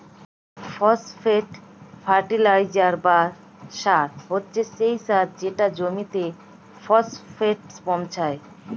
phosphate fertiliser বা সার হচ্ছে সেই সার যেটা জমিতে ফসফেট পৌঁছায়